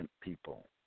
people